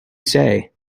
say